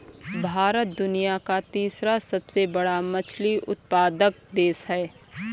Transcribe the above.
भारत दुनिया का तीसरा सबसे बड़ा मछली उत्पादक देश है